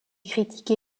critiques